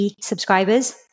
subscribers